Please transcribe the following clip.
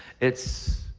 it's